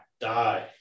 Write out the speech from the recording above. die